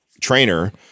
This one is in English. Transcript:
trainer